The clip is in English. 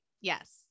Yes